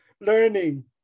learning